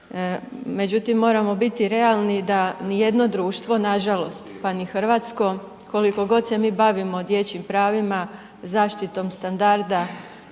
Međutim, moramo biti realni da ni jedno društvo nažalost, pa ni hrvatsko, koliko god se mi bavimo dječjim pravima, zaštitom standarda